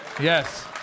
yes